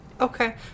Okay